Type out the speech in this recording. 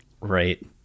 Right